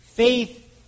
Faith